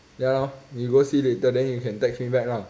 ya lor you go see later then you can text him back lah